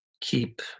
keep